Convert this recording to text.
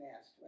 asked